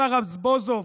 השר רזבוזוב,